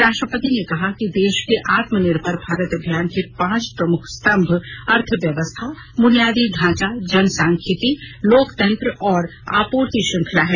राष्ट्रपति ने कहा कि देश के आत्मनिर्भर भारत अभियान के पांच प्रमुख स्तंभ अर्थव्यवस्था ब्नियादी ढांचा जनसांख्यिकी लोकतंत्र और आपूर्ति श्रंखला हैं